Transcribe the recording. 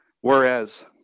whereas